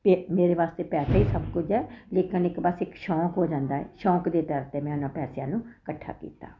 ਪੇ ਮੇਰੇ ਵਾਸਤੇ ਪੈਸਾ ਹੀ ਸਭ ਕੁਝ ਹੈ ਲੇਕਿਨ ਇੱਕ ਪਾਸੇ ਇੱਕ ਸ਼ੌਂਕ ਹੋ ਜਾਂਦਾ ਹੈ ਸ਼ੌਂਕ ਦੇ ਤੌਰ 'ਤੇ ਮੈਂ ਉਨ੍ਹਾਂ ਪੈਸਿਆਂ ਨੂੰ ਇਕੱਠਾ ਕੀਤਾ